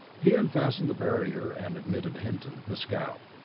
he unfastened the barrier and admitted hinton, the scout,